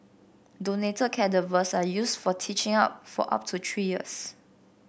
donated cadavers are used for teaching up for up to three years